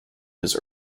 his